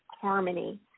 harmony